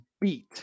beat